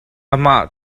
amah